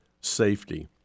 safety